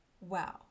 Wow